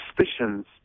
suspicions